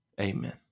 amen